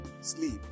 sleep